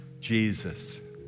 Jesus